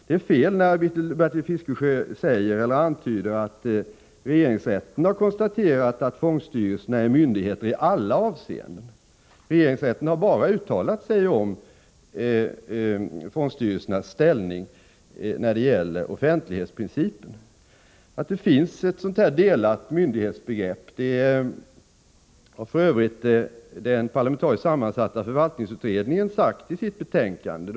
Det är fel när Bertil Fiskesjö antyder att regeringsrätten har konstaterat att löntagarfondsstyrelserna är myndigheter i alla avseenden. Regeringsrätten har bara uttalat sig om fondstyrelsernas ställning när det gäller offentlighetsprincipen. Att det finns ett sådant här delat myndighetsbegrepp har f.ö. den parlamentariskt sammansatta förvaltningsutredningen anfört i sitt betänkande.